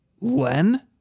Len